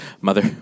Mother